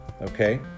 okay